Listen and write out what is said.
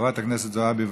חברת הכנסת זועבי,